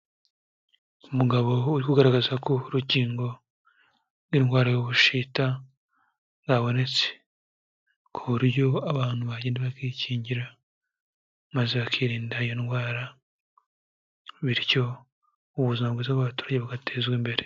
Umugabo uriho ugaragaza ko urukingo rw'indwara y'ubushita rwabonetse ku buryo abantu bagenda bakikingira maze bakirinda iyo ndwara bityo ubuzima bwiza bw'abaturage bugatezwa imbere.